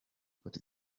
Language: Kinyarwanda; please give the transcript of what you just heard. côte